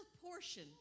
portion